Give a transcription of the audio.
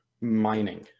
mining